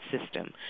system